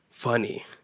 funny